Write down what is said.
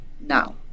now